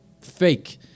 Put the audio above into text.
fake